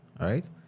Right